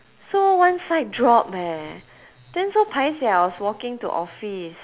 so one side drop eh then so paiseh I was walking to office